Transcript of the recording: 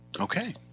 Okay